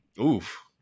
Oof